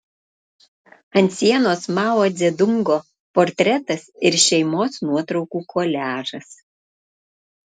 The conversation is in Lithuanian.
ant sienos mao dzedungo portretas ir šeimos nuotraukų koliažas